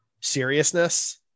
seriousness